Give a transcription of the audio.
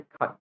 cut